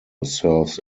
serves